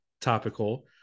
topical